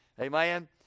Amen